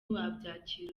wabyakiriye